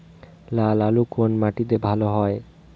লাল আলু কোন মাটিতে ভালো হয়?